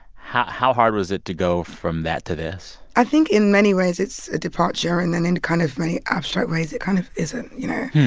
how how hard was it to go from that to this? i think in many ways, it's a departure. and then in kind of many abstract ways, it kind of isn't, you know?